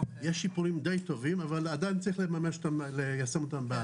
יש שיפורים די טובים אבל עדיין צריך ליישם אותם.